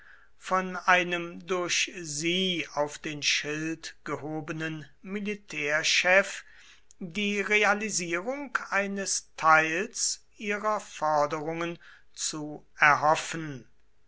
von einem durch sie auf den schild gehobenen militärchef die realisierung eines teils ihrer forderungen zu erhoffen